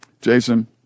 Jason